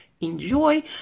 enjoy